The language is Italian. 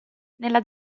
nella